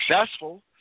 successful